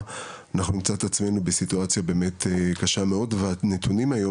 אנחנו נמצא את עצמינו בסיטואציה שהיא באמת קשה מאוד והנתונים היום